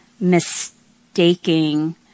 mistaking